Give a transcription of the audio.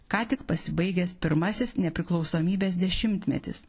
ką tik pasibaigęs pirmasis nepriklausomybės dešimtmetis